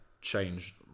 change